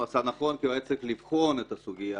הוא עשה נכון כי הוא היה צריך לבחון את הסוגיה